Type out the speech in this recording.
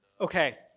Okay